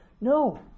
No